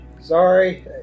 Sorry